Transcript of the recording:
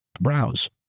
browse